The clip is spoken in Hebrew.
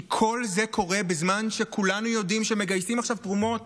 כי כל זה קורה בזמן שכולנו יודעים שמגייסים עכשיו תרומות